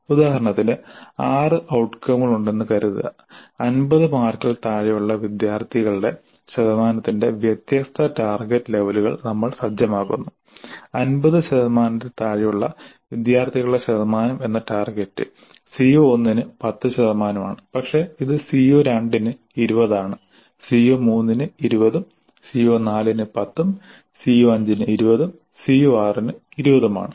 ഉദാഹരണത്തിന് 6 ഔട്കമുകളുണ്ടെന്ന് കരുതുക 50 മാർക്കിൽ താഴെയുള്ള വിദ്യാർത്ഥികളുടെ ശതമാനത്തിന്റെ വ്യത്യസ്ത ടാർഗെറ്റ് ലെവലുകൾ നമ്മൾ സജ്ജമാക്കുന്നു 50 ശതമാനത്തിൽ താഴെയുള്ള വിദ്യാർത്ഥികളുടെ ശതമാനം എന്ന ടാർഗറ്റ് CO1 ന് 10 ശതമാനമാണ് പക്ഷേ ഇത് CO2 ന് 20 ആണ് CO3 ന് 20 ഉം CO4 ന് 10 ഉം CO5 ന് 20 ഉം CO6 ന് 20 ഉം ആണ്